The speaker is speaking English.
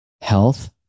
Health